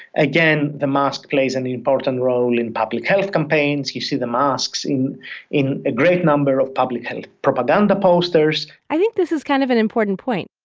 again, the mask plays and an important role in public health campaigns. you see the masks in in a great number of public health propaganda posters i think this is kind of an important point.